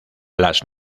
las